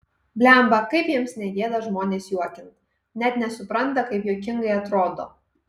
blemba kaip jiems negėda žmones juokint net nesupranta kaip juokingai atrodo